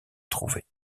trouvaient